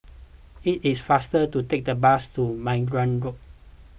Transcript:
it is faster to take the bus to Margate Road